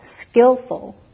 skillful